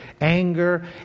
Anger